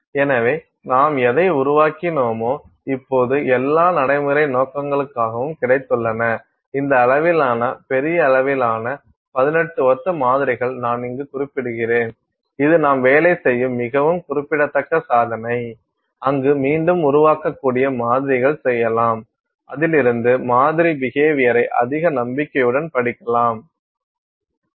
எனவே நாம் எதை உருவாக்கினோமோ இப்போது எல்லா நடைமுறை நோக்கங்களுக்காகவும் கிடைத்துள்ளன இந்த அளவிலான பெரிய அளவிலான 18 ஒத்த மாதிரிகள் நான் இங்கு குறிப்பிடுகிறேன் இது நாம் வேலை செய்ய மிகவும் குறிப்பிடத்தக்க சாதனை அங்கு மீண்டும் உருவாக்க கூடிய மாதிரிகள் செய்யலாம் அதிலிருந்து மாதிரி பிஹேவியர்யை அதிக நம்பிக்கையுடன் படிக்கலாம்